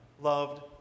loved